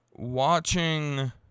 Watching